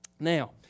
Now